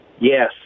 Yes